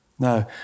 No